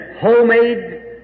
homemade